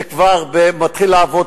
זה כבר מתחיל לעבוד,